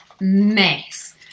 mess